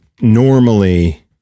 normally